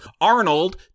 Arnold